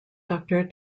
doctor